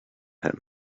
him